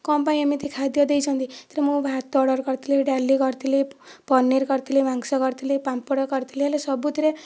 କ'ଣ ପାଇଁ ଏମିତି ଖାଦ୍ୟ ଦେଇଛନ୍ତି ତ ମୁଁ ଭାତ ଅର୍ଡର କରିଥିଲି ଡାଲି କରିଥିଲି ପନୀର୍ କରିଥିଲି ମାଂସ କରିଥିଲି ପାମ୍ପଡ଼ କରିଥିଲି ହେଲେ ସବୁଥିରେ